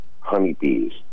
honeybees